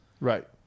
Right